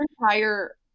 entire